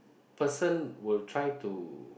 person will try to